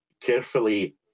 carefully